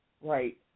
Right